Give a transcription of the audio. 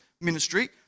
ministry